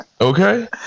okay